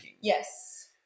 Yes